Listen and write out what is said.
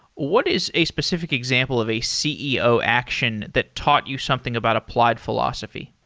what is a specific example of a ceo action that taught you something about applied philosophy?